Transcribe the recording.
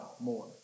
more